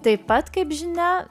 taip pat kaip žinia